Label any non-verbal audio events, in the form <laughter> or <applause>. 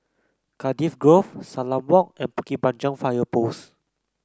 Cardiff Grove Salam Walk and Bukit Panjang Fire <noise> Post